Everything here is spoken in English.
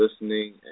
listening